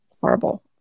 horrible